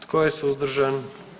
Tko je suzdržan?